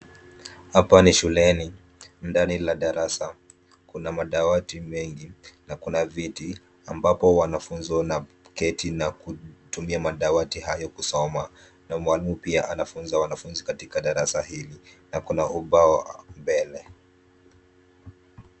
Hapa ni shuleni ndani la darasa, kuna madawati mengi na kuna viti ambapo wanafunzi wanapoketi na kutumia madawati hayo kusoma na mwalimu pia anafunza wanafunzi katika darasa hili na kuna ubao wa mbele.